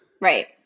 Right